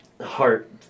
heart